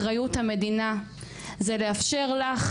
אחריות המדינה זה לאפשר לך